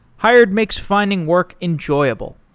hired makes finding work enjoyable.